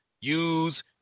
use